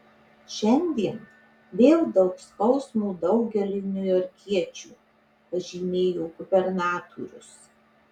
šiandien vėl daug skausmo daugeliui niujorkiečių pažymėjo gubernatorius